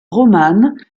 romanes